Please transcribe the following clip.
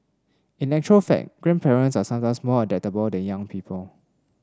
in actual fact grandparents are sometimes more adaptable than young people